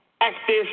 active